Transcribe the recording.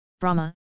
Brahma